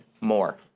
more